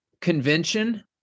convention